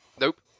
Nope